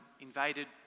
invaded